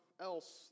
else